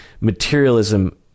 materialism